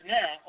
now